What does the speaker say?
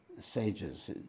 sages